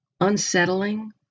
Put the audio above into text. unsettling